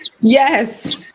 Yes